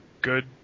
good